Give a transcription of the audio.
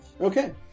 Okay